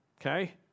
okay